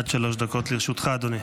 עד שלוש דקות לרשותך, אדוני.